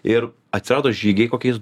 ir atsirado žygiai kokiais